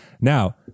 Now